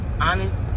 honest